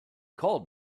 called